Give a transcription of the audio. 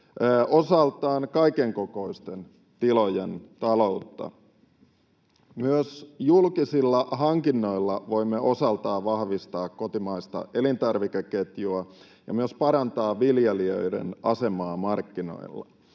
osaltaan kaikenkokoisten tilojen taloutta. Myös julkisilla hankinnoilla voimme osaltaan vahvistaa kotimaista elintarvikeketjua ja myös parantaa viljelijöiden asemaa markkinoilla.